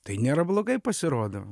tai nėra blogai pasirodo